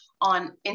on